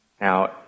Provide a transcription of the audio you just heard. now